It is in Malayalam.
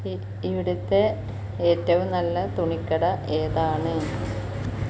ഇവിടുത്തെ ഏറ്റവും നല്ല തുണിക്കട ഏതാണ്